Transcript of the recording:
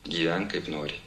gyvenk kaip nori